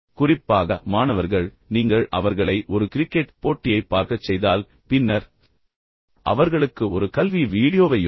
குறிப்பாக மாணவர்கள் நீங்கள் அவர்களை ஒரு கிரிக்கெட் போட்டியைப் பார்க்கச் செய்தால் பின்னர் நீங்கள் அவர்களுக்கு ஒரு கல்வி வீடியோவையும் காட்டினால்